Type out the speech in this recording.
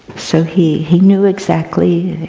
so he he knew exactly